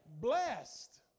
Blessed